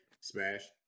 Smash